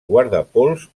guardapols